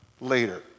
later